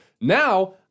now